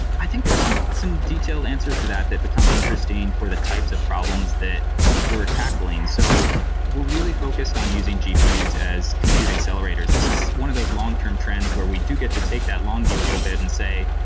i think there're some some detailed answers to that that become interesting for the types of problems that we're tackling. so we're really focused on using gpus as computer accelerators. this is one of those long term trends where we do get to take that long view a little bit and say,